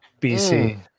BC